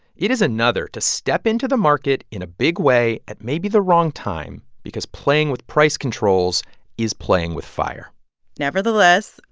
it is another to step into the market in a big way at maybe the wrong time because playing with price controls is playing with fire nevertheless,